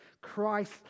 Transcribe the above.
Christ